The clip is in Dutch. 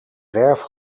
werf